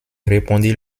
répondit